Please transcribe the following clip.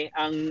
ang